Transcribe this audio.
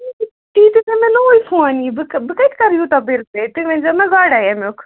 تیٖتِس تیٖتِسَے مےٚ نوٚوٕے فون یی فون بہٕ بہٕ کَتہِ کَرٕ یوٗتاہ بِل پے تُہۍ ؤنۍزیو مےٚ گۄڈَے اَمیُک